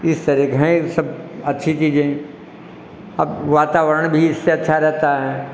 इस तरह की है यह सब अच्छी चीज़ें अब वातावरण भी इससे अच्छा रहता है